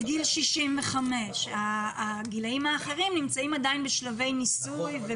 גיל 65. הגילים האחרים נמצאים עדיין בשלבי ניסוי,